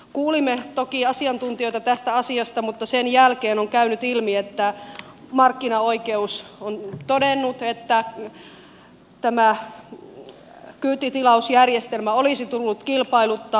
kuulimme toki asiantuntijoita tästä asiasta mutta sen jälkeen markkinaoikeus on todennut että tämä kyytitilausjärjestelmä olisi tullut kilpailuttaa